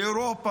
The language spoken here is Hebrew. באירופה,